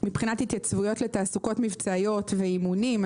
מבחינת התייצבויות לתעסוקות מבצעיות ואימונים,